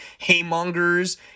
haymongers